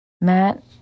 Matt